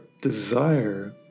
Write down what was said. desire